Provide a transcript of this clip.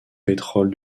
pétrole